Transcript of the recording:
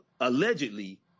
allegedly